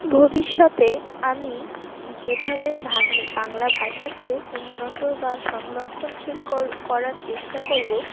ভবিষ্যতে আমি যেভাবে ভাং বাংলা ভাষাকে উন্নত বা সংরক্ষণশীল কর করার চেষ্টা করবো